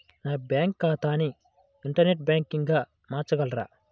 నా బ్యాంక్ ఖాతాని ఇంటర్నెట్ బ్యాంకింగ్గా మార్చగలరా?